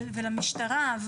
ולמשטרה.